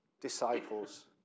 disciples